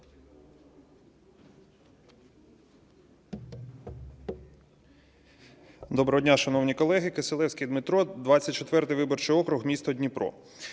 Доброго дня, шановні колеги! Кисилевський Дмитро, 24 виборчий округ, місто Дніпро.